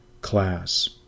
class